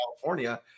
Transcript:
California